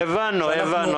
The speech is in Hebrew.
שאנחנו --- הבנו.